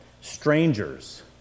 Strangers